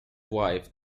wife